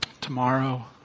tomorrow